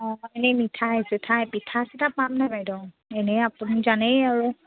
অঁ এনেই মিঠাই চিঠাই পিঠা চিঠা পাম নাই বাইদেউ এনেই আপুনি জানেই আৰু